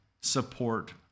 support